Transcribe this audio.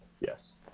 yes